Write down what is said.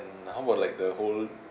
and how about like the whole